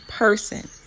Person